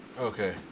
Okay